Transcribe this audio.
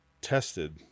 tested